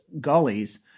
gullies